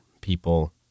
people